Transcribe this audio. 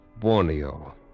Borneo